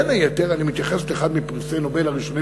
בין היתר אני מתייחס לאחד מפרסי נובל הראשונים